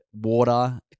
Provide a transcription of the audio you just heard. water